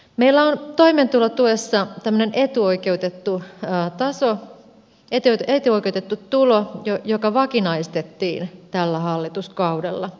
meillä on toimeentulotuessa tämmöinen etuoikeutettu tulo joka vakinaistettiin tällä hallituskaudella